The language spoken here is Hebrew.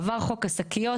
עבר חוק השקיות,